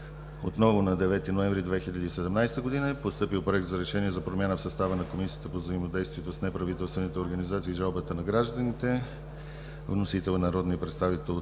Отново на 9 ноември 2017 г. е постъпил Проект за решение за промяна в състава на Комисията по взаимодействието с неправителствените организации и жалбите на гражданите. Вносител е народният представител